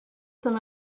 some